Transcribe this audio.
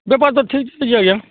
ବେପାର ତ ଠିକି ହେଇଛି ଆଜ୍ଞା